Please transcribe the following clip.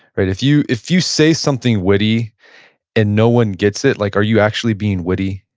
right? if you, if you say something witty and no one gets it, like are you actually being witty?